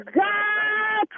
god